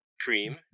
Cream